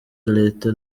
leta